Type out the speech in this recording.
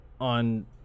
on